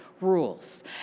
rules